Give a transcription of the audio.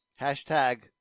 Hashtag